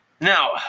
Now